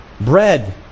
Bread